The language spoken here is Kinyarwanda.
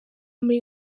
muri